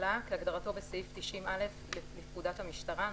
בסעיף 90א לפקודת המשטרה ,